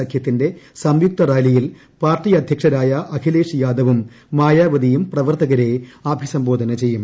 സഖ്യത്തിന്റെ സംയുക്ത റാലിയിൽ പാർട്ടി അധ്യക്ഷരായ അഖിലേഷ് യാദവും മായാവതിയും പ്രവർത്തകരെ അഭിസംബോധന ചെയ്യും